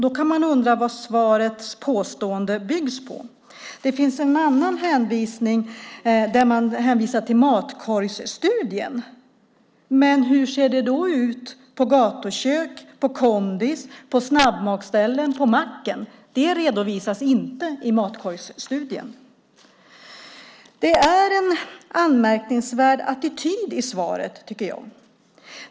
Då kan man undra vad svarets påstående byggs på. Det finns också en hänvisning till matkorgsstudien. Men hur ser det då ut på gatukök, på kondis, på snabbmatsställen och på macken? Det redovisas inte i matkorgsstudien. Det är en anmärkningsvärd attityd i svaret.